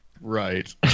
Right